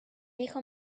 hijo